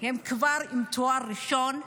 הן כבר עם תואר ראשון,